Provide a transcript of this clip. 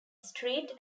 street